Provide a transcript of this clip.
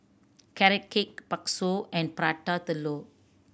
Carrot Cake bakso and Prata Telur